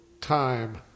time